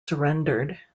surrendered